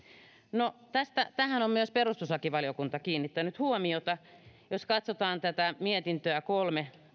no tähän on myös perustuslakivaliokunta kiinnittänyt huomiota jos katsotaan tätä mietintöä kolme